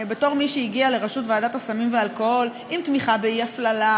בתור מי שהגיעה לראשות ועדת הסמים והאלכוהול עם תמיכה באי-הפללה,